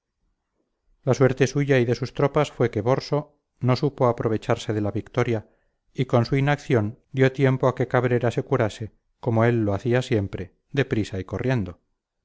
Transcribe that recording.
la suerte suya y de sus tropas fue que borso no supo aprovecharse de la victoria y con su inacción dio tiempo a que cabrera se curase como él lo hacía siempre de prisa y corriendo